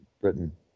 Britain